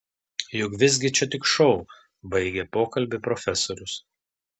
juk visgi čia tik šou baigė pokalbį profesorius